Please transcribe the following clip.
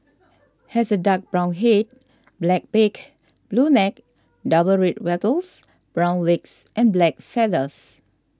has a dark brown head black beak blue neck double red wattles brown legs and black feathers